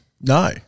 no